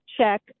check